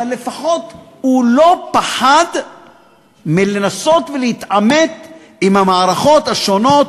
אבל לפחות הוא לא פחד לנסות להתעמת עם המערכות השונות,